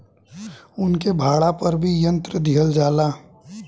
उनके भाड़ा पर भी यंत्र दिहल जाला